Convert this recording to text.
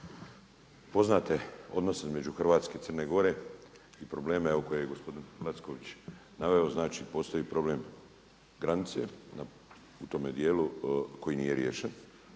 poznate odnose između Hrvatske i Crne Gore i probleme koje je gospodin Lacković naveo, znači postoji problem granice u tome dijelu koji nije riješen